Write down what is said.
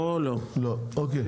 אוקי,